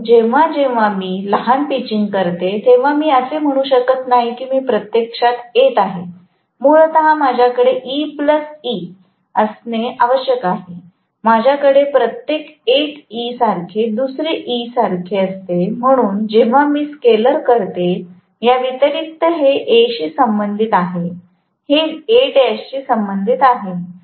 म्हणून जेव्हा जेव्हा मी लहान पिचिंग करते तेव्हा मी असे म्हणू शकत नाही की मी प्रत्यक्षात येत आहे मूळतः माझ्याकडे EE असणे आवश्यक आहे माझ्याकडे त्यापैकी एक E सारखे दुसरे E सारखे असते म्हणून जेव्हा मी स्केलेर करते या व्यतिरिक्त हे A शी संबंधित आहे हे Al शी संबंधित आहे